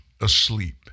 asleep